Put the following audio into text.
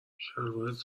شلوارت